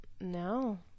No